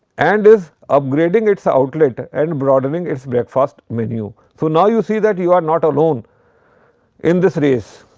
and is upgrading its outlet and broadening its breakfast menu. so, now you see that you are not alone in this race.